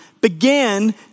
began